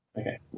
Okay